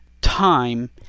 Time